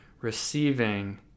receiving